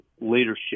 leadership